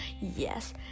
Yes